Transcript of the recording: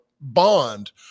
bond